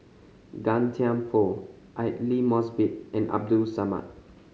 Gan Thiam Poh Aidli Mosbit and Abdul Samad